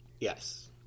Yes